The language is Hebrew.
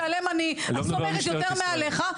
שעליהם אני סומכת יותר מעליך,